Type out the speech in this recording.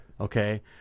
Okay